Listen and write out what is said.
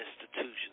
institutions